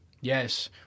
Yes